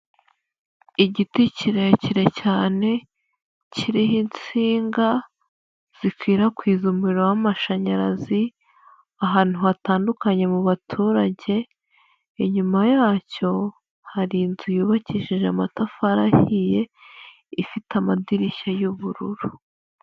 Igiti kirekire cyane kiriho insinga zikwirakwiza umuriro w'amashanyarazi ahantu hatandukanye mu baturage, inyuma yacyo hari inzu yubakishije amatafari ahiye ifite amadirishya y'ubururu.